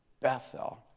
Bethel